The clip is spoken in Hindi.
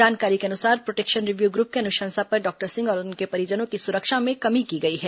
जानकारी के अनुसार प्रोटेक्शन रिव्यू ग्रूप की अनुशंसा पर डॉक्टर सिंह और उनके परिजनों की सुरक्षा में कमी की गई है